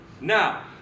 Now